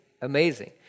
Amazing